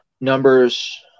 numbers